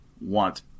want